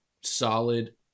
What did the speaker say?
solid